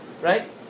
right